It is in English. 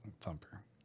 Thumper